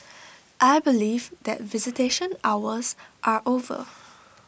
I believe that visitation hours are over